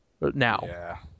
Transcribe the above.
now